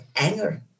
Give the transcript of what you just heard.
anger